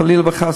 חלילה וחס,